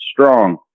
strong